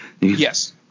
Yes